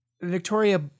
Victoria